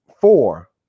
four